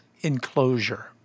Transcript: enclosure